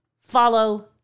follow